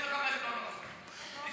65% ו-35% לא נורא,